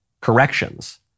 corrections